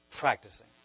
Practicing